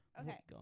okay